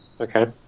Okay